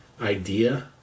idea